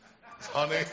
Honey